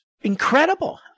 incredible